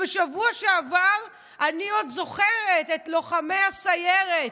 ובשבוע שעבר אני עוד זוכרת את לוחמי הסיירת,